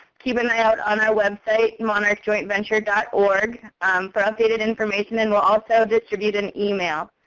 keep an eye out on our website, monarchjointventure dot org for updated information. and we'll also distribute an email.